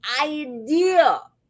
idea